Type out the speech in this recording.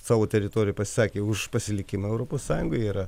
savo teritorijoj pasakė už pasilikimą europos sąjungoj jie yra